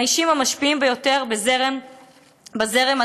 מהאישים המשפיעים ביותר בזרם הדתי-לאומי,